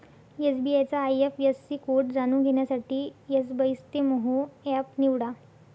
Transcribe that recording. SBI चा IFSC code जाणून घेण्यासाठी एसबइस्तेमहो एप निवडा